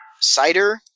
Cider